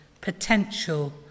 potential